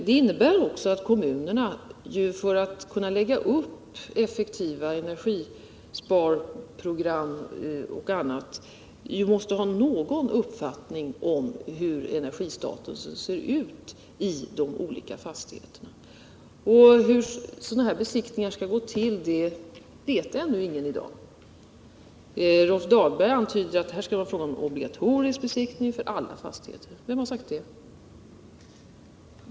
Det innebär att kommunerna för att kunna göra upp effektiva energisparprogram måste ha någon uppfattning om energistatusen i de olika fastigheterna. Hur sådana här besiktningar skall kunna gå till vet ingen i dag. Rolf Dahlberg antydde att det skulle vara fråga om en obligatorisk besiktning av alla fastigheter. Vem har sagt det?